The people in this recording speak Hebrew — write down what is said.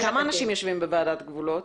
כמה אנשים יושבים בוועדת גבולות?